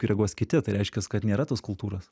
kai reaguos kiti tai reiškias kad nėra tos kultūros